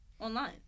online